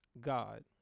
God